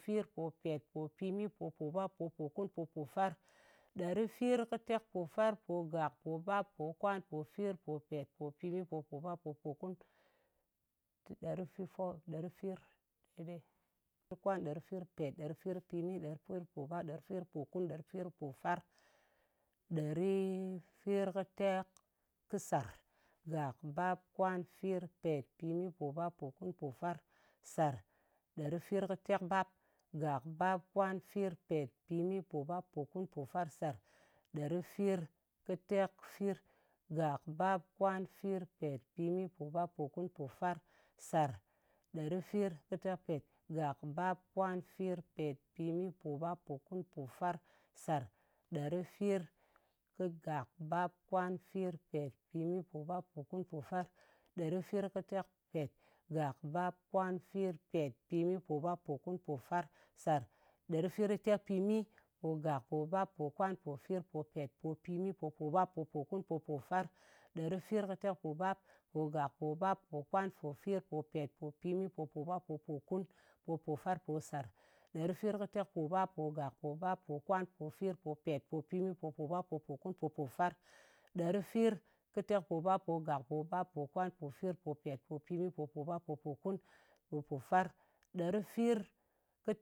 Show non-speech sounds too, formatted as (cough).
Pofir, popet, popimi, popobak, popokun, popofar. Ɗerifirkɨtekpofarpogak, pobap, pokwan, fir, popet, popimi, popobak, popokun, (hesitation) (unintelligible) ɗerifirkɨkwan, ɗerifirkɨpet, ɗerifirkɨpimi, ɗerifirkɨpobap, ɗerifirkɨpokun, ɗerifirkɨsar, gak, bap, kwan, fir, pet, pimi, pobab, pokun, pofar, sar. Ɗerifirkɨtekbap, gak, bap, kwan, fir, pet, pimi, pobab, pokun, pofar, sar. Ɗerifirkɨtekfir, gak, bap, kwan, fir, pet, pimi, pobab, pokun, pofar, sar. Ɗerifirkɨtekpet, gak, bap, kwan, fir, pet, pimi, pobab, pokun, pofar, sar. Ɗerifirkɨgak, bap, kwan, fir, pet, pimi, pobab, pokun, pofar. Ɗerifirkɨtekpet, gak, bap, kwan, fir, pet, pimi, pobab, pokun, pofar, sar. Ɗerifirkɨtekpimipogak, pobap, pokwan, pofir, popet, popimi, popobap, popokun, popofar. Ɗerifirkɨtekpobap, pogak, pobap, pokwan, pofir, popet, popimi, popobap, popokun, popofar, posar. Ɗerifirkɨtekpobappogak, pobap, pokwan, pofir, popet, popimi, popobap, popokun, popofar. Ɗeirfirkɨtekpobappogak, pobap, pokwan, pofir, popet, popimi, popobap, popokun, popofar, ɗerɨfir